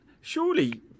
surely